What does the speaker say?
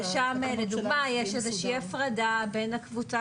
ושם לדוגמה יש איזושהי הפרדה בין הקבוצה